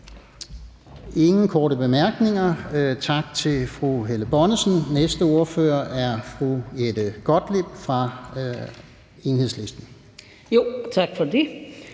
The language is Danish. ingen korte bemærkninger. Tak til fru Helle Bonnesen. Næste ordfører er fru Jette Gottlieb fra Enhedslisten. Kl.